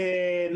האמת של